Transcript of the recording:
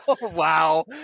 wow